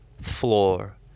floor